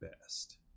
best